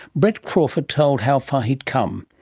brett crawford told how far he'd come.